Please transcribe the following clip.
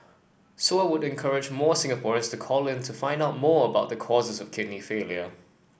so I would encourage more Singaporeans to call in to find out more about the causes of kidney failure